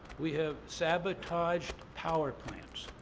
we have sabotaged power plants,